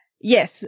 yes